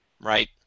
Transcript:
Right